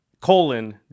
colon